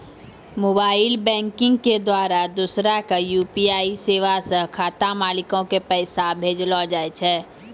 mobile banking के द्वारा दोसरा के यू.पी.आई सेबा से खाता मालिको के पैसा भेजलो जाय छै